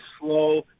slow